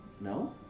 No